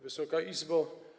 Wysoka Izbo!